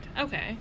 Okay